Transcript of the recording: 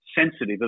sensitive